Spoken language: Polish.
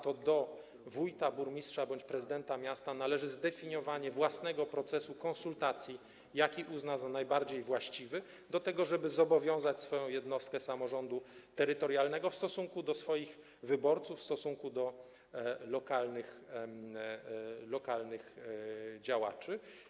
To do wójta, burmistrza bądź prezydenta miasta należy zdefiniowanie własnego procesu konsultacji, jaki uzna za najbardziej właściwy do tego, żeby zobowiązać swoją jednostkę samorządu terytorialnego w stosunku do swoich wyborców, do lokalnych działaczy.